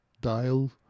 dial